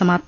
समाप्त